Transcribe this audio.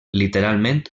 literalment